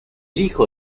hijo